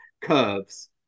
curves